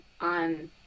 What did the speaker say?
on